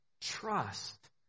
trust